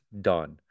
done